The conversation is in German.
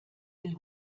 will